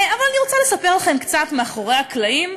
אבל אני רוצה לספר לכם קצת מאחורי הקלעים,